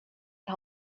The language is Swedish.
jag